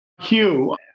Hugh